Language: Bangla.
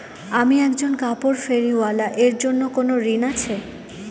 আমি একজন কাপড় ফেরীওয়ালা এর জন্য কোনো ঋণ আছে?